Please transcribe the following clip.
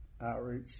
outreach